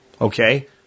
Okay